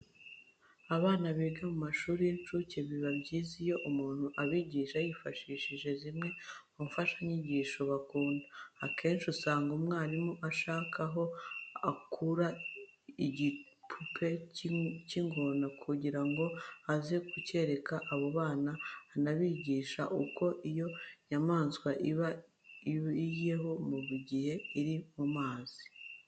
Abana biga mu mashuri y'incuke biba byiza iyo umuntu abigishije yifashishije zimwe mu mfashanyigisho bakunda. Akenshi usanga umwarimu ashaka aho akura igipupe cy'ingona kugira ngo aze kucyereka abo bana anabigisha uko iyo nyamaswa iba ibayeho mu gihe iri mu mazi.